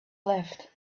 left